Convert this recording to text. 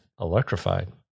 electrified